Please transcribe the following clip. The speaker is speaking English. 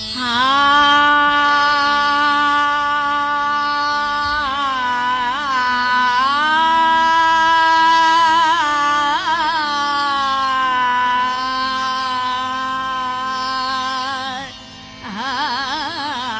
aa aa